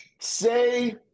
Say